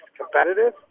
competitive